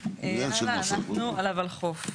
אנחנו על הולחו"ף.